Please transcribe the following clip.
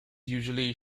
usually